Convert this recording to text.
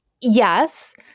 yes